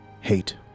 Hate